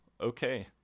okay